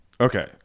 Okay